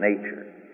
nature